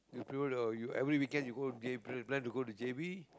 you peel the you every weekend you go J p~ plan to go to j_b